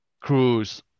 cruise